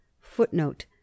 Footnote